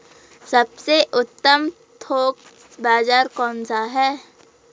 सबसे उत्तम थोक बाज़ार कौन सा है?